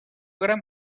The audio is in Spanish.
gran